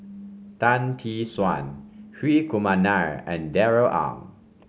Tan Tee Suan Hri Kumar Nair and Darrell Ang